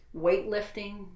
weightlifting